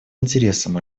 интересом